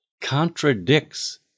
contradicts